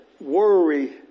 worry